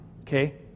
okay